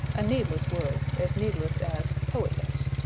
a needless word as needless as poetess.